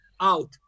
out